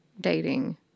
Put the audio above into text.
Dating